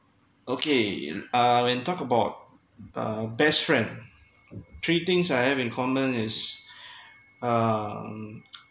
okay in uh when talk about uh best friend three things I have in common is uh